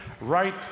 right